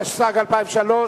התשס"ג 2003,